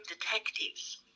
detectives